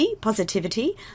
positivity